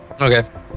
Okay